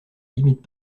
limitent